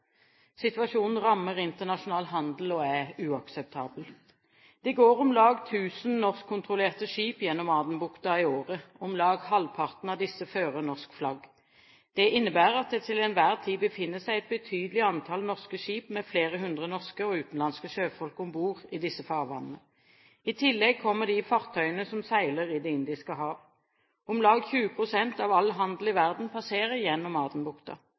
Situasjonen rammer internasjonal handel og er uakseptabel. Det går om lag 1 000 norskkontrollerte skip gjennom Adenbukta i året. Om lag halvparten av disse fører norsk flagg. Det innebærer at det til enhver tid befinner seg et betydelig antall norske skip med flere hundre norske og utenlandske sjøfolk om bord i disse farvannene. I tillegg kommer de fartøyene som seiler i Det indiske hav. Om lag 20 pst. av all handel i verden passerer gjennom Adenbukta.